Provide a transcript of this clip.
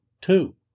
two